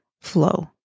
flow